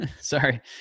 Sorry